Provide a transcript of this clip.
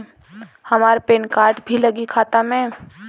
हमार pan card भी लगी खाता में?